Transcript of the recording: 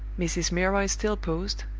mrs. milroy still paused,